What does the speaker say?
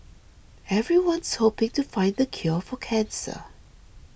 everyone's hoping to find the cure for cancer